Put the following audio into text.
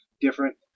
different